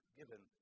given